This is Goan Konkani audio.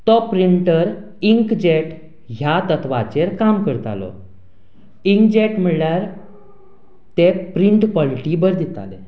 तो प्रिंटर इंकजॅट ह्या तत्वाचेर काम करतालो इंकजॅट म्हणल्यार ते प्रिंट कॉलिटी बरे दिताले